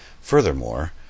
Furthermore